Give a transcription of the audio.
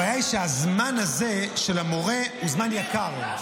הבעיה היא שהזמן הזה של המורה הוא זמן יקר.